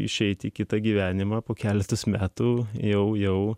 išeiti į kitą gyvenimą po keletas metų jau